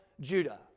Judah